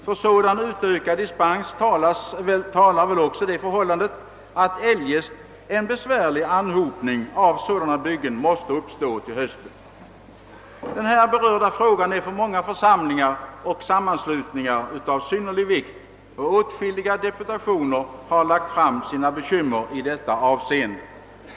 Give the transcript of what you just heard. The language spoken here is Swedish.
För sådan utökad dispensgivning talar väl också det förhållandet att eljest en besvärlig anhopning av dylika byggen måste uppstå till hösten. Den här berörda frågan är för många församlingar och sammanslutningar av synnerlig vikt, och åtskilliga deputationer har fört fram sina bekymmer i detta avseende.